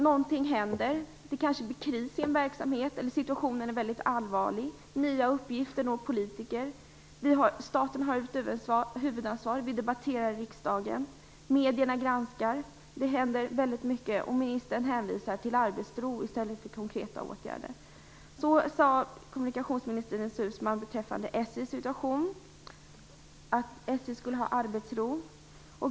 Någonting händer, det kanske blir kris i en verksamhet eller situationen blir väldigt allvarlig, nya uppgifter når politiker, staten har huvudansvar, vi debatterar i riksdagen, medierna granskar, det händer väldigt mycket och ministern hänvisar till arbetsro i stället för konkreta åtgärder. Så sade kommunikationsminister Ines Uusmann beträffande SJ:s situation: SJ skulle ha arbetsro.